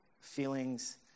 feelings